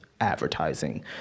advertising